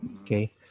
Okay